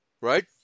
right